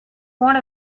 one